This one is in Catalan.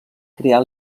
crear